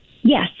Yes